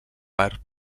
part